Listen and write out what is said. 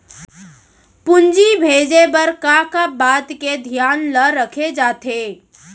पूंजी भेजे बर का का बात के धियान ल रखे जाथे?